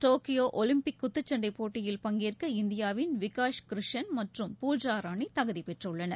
Tokyo Olympic குத்துச் சண்டை போட்டியில் பங்கேற்க இந்தியாவின் விகாஷ் கிருஷன் மற்றும் பூஜா ராணி தகுதிபெற்றுள்ளனர்